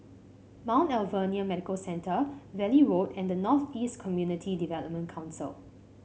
Mount Alvernia Medical Centre Valley Road and North East Community Development Council